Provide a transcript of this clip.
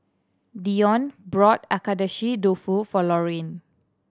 Dione brought Agedashi Dofu for Lorraine